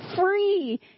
free